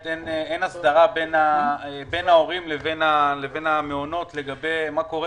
אין הסדרה בין ההורים לבין המעונות לגבי מה קורה